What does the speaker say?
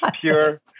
pure